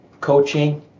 coaching